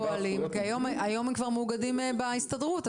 היום הם כבר מאוגדים בהסתדרות,